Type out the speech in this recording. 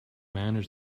manage